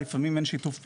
לפעמים אין שיתוף פעולה,